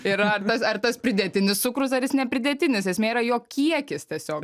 yra ar ar tas ar tas pridėtinis cukrus ar jis ne pridėtinis esmė yra jo kiekis tiesiog